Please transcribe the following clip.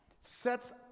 sets